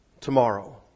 Tomorrow